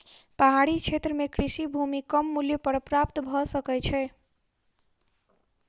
पहाड़ी क्षेत्र में कृषि भूमि कम मूल्य पर प्राप्त भ सकै छै